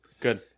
Good